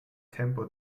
tempo